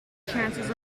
chances